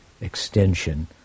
extension